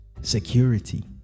security